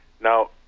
Now